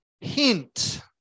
hint